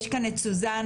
יש כאן את חברתי סוזן,